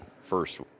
first